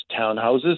townhouses